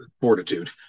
fortitude